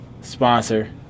sponsor